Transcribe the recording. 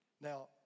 Now